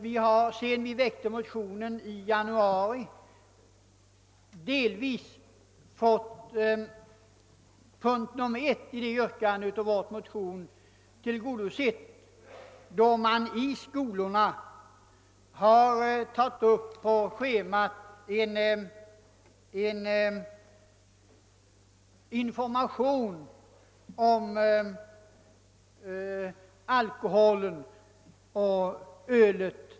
Sedan vi väckte motionen i januari har de krav vi ställde i punkt 1 i motionen delvis blivit tillgodosedda, då man i skolorna på schemat tagit upp information om alkohol och öl.